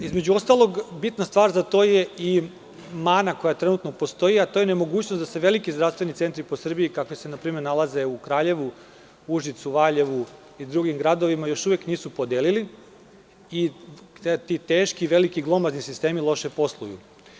Između ostalog, bitna stvar za to je i mana koja trenutno postoji, a to je nemogućnost da se veliki zdravstveni centri po Srbiji, kakvi se npr. nalaze u Kraljevu, Užicu, Valjevu i drugim gradovima još uvek nisu podelili i ti teški, veliki, glomazni sistemi loše posluju.